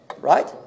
right